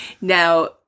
Now